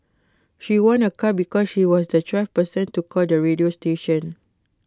she won A car because she was the twelfth person to call the radio station